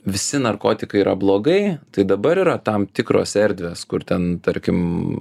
visi narkotikai yra blogai tai dabar yra tam tikros erdvės kur ten tarkim